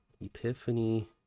epiphany